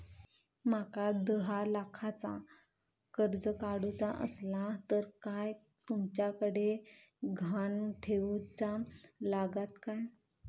माका दहा लाखाचा कर्ज काढूचा असला तर काय तुमच्याकडे ग्हाण ठेवूचा लागात काय?